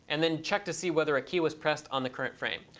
and then check to see whether a key was pressed on the current frame,